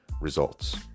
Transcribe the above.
results